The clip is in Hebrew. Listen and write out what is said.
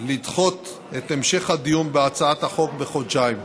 לדחות את המשך הדיון בהצעת החוק בחודשיים.